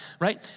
right